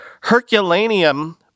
Herculaneum